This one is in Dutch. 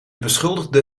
beschuldigde